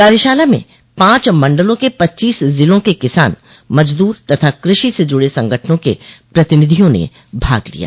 कार्यशाला में पांच मंडलों के पच्चीस जिलों के किसान मजदूर तथा कृषि से जुड़े संगठनों के प्रतिनिधियों ने भाग लिया